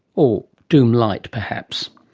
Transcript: or doom-lite perhaps.